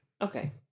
Okay